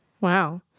Wow